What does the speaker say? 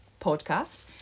podcast